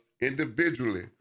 individually